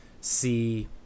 see